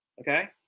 Okay